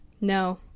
No